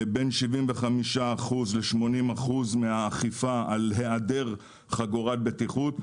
בין 75% ל-80% מהאכיפה על היעדר חגורת בטיחות,